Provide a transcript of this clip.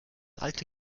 alte